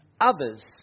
others